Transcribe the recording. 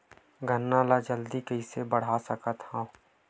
गन्ना ल जल्दी कइसे बढ़ा सकत हव?